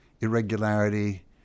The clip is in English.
irregularity